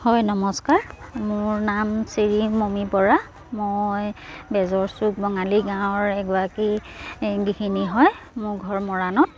হয় নমস্কাৰ মোৰ নাম শ্ৰী মমি বৰা মই বেজৰ চুক বঙালী গাঁৱৰ এগৰাকী গৃহিণী হয় মোৰ ঘৰ মৰাণত